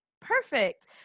perfect